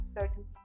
certain